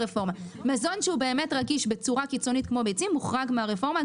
מזון שהוא באמת רגיש בצורה קיצונית כמו ביצים הוחרג מהרפורמה,